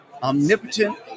omnipotent